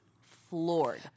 floored